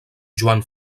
joan